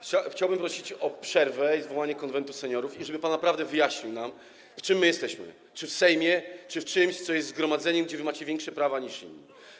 Chciałbym prosić o przerwę i zwołanie Konwentu Seniorów i o to, żeby pan wyjaśnił nam, gdzie jesteśmy, czy w Sejmie, czy w czymś, co jest zgromadzeniem, gdzie macie większe prawa niż inni.